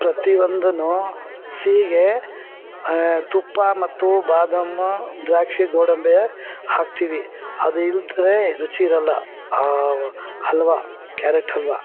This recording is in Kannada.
ಪ್ರತಿ ಒಂದು ಸಿಹಿಗೆ ತುಪ್ಪ ಮತ್ತು ಬಾದಾಮಿ ದ್ರಾಕ್ಷಿ ಗೋಡಂಬಿ ಹಾಕ್ತೀವಿ ಅದು ಇಲ್ಲದ್ರೆ ರುಚಿ ಇರಲ್ಲ ಹಾವ್ ಹಲ್ವಾ ಕ್ಯಾರೆಟ್ ಹಲ್ವಾ